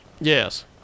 Yes